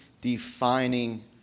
defining